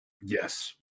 Yes